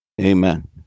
Amen